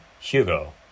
Hugo